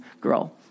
girl